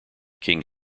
king